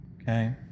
okay